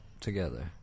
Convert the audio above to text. Together